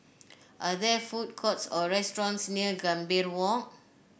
are there food courts or restaurants near Gambir Walk